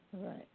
Right